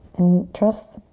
and trust,